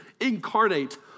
incarnate